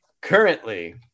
Currently